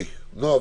נועה,